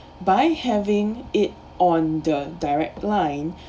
by having it on the direct line